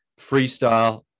freestyle